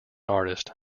artist